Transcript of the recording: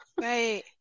Right